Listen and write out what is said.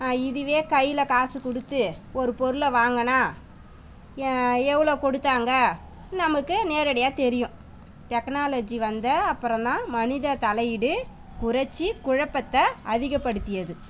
இதுவே கையில் காசு கொடுத்து ஒரு பொருளை வாங்கினா ஏ எவ்வளோ கொடுத்தாங்க நமக்கு நேரடியாக தெரியும் டெக்னாலஜி வந்த அப்புறந்தான் மனித தலையீடு குறச்சு குழப்பத்தை அதிகப்படுத்தியது